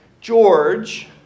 George